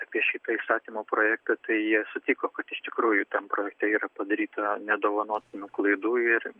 apie šitą įstatymo projektą tai jie sutiko kad iš tikrųjų ten projekte yra padaryta nedovanotinų klaidų ir